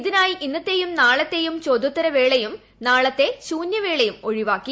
ഇതിനായി ഇന്നത്തെയും നാളത്തെയും ചോദ്യോത്ത്ര വേളയും നാളത്തെ ശൂന്യവേളയും ഒഴിവാക്കി